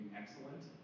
excellent